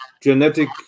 genetic